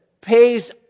pays